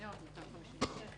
אדוני.